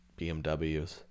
BMWs